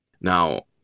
Now